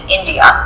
India